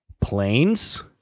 planes